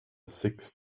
sixth